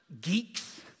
geeks